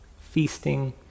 feasting